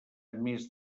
més